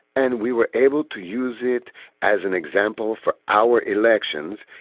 and we were able to use it as an example for our elections.